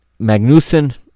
Magnussen